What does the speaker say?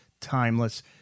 timeless